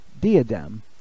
Diadem